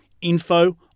info